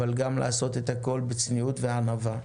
אבל גם לעשות את הכול בצניעות וענווה.